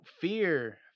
fear